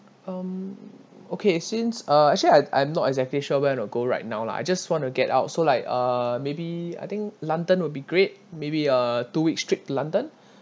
um okay since uh actually I~ I'm not exactly sure where to go right now lah I just want to get out so like uh maybe I think london will be great maybe uh two weeks straight london